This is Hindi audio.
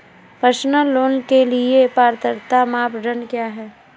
पर्सनल लोंन के लिए पात्रता मानदंड क्या हैं?